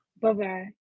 Bye-bye